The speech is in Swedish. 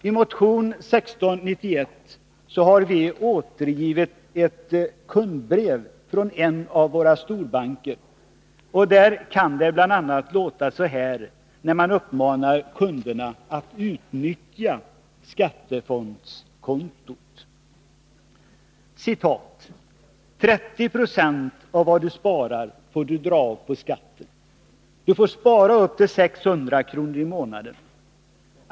I motion 1691 har vi återgivit ett kundbrev från en av våra storbanker, där det heter bl.a. så här, när man uppmanar kunderna att utnyttja skattefondskonto: ”30 procent av vad du sparar får du dra av på skatten. Du får spara upp till 600 kr i månaden.